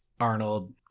Arnold